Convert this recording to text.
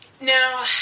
Now